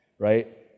right.